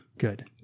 good